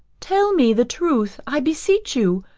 tell me the truth i beseech you.